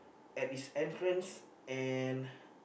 at its entrance and